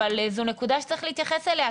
אבל זו נקודה שצריך להתייחס אליה,